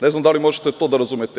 Ne znam da li možete to da razumete?